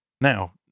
Now